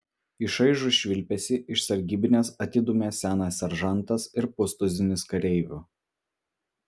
į šaižų švilpesį iš sargybinės atidūmė senas seržantas ir pustuzinis kareivių